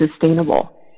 sustainable